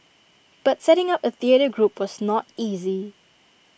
but setting up A theatre group was not easy